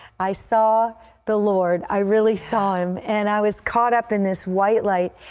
i saw the lord. i really saw him. and i was caught up in this white light.